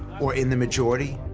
or in the majority,